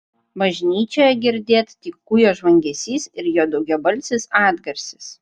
bažnyčioje girdėt tik kūjo žvangesys ir jo daugiabalsis atgarsis